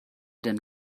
denn